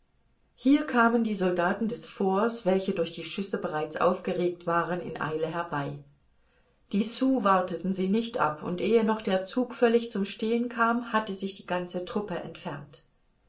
hier kamen die soldaten des forts welche durch die schüsse bereits aufgeregt waren in eile herbei die sioux warteten sie nicht ab und ehe noch der zug völlig zum stehen kam hatte sich die ganze truppe entfernt